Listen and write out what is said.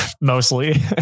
Mostly